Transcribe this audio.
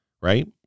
right